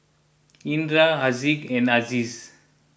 Indra Haziq and Aziz